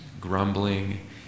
grumbling